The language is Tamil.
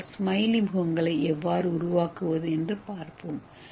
எம் ஸ்மைலி முகங்களை எவ்வாறு உருவாக்குவது என்று பார்ப்போம்